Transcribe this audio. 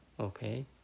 Okay